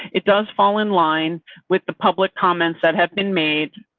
it does fall in line with the public comments that have been made.